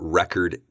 record